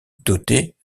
dotées